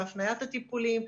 בהפניית הטיפולים,